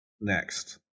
next